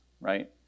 right